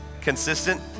consistent